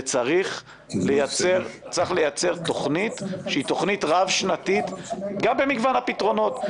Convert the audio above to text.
וצריך לייצר תוכנית רב-שנתית גם במגוון הפתרונות.